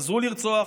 חזרו לרצוח,